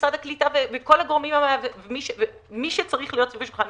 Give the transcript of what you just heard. ומשרד הקליטה וכל הגורמים שצריכים להיות סביב השולחן,